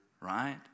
right